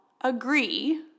agree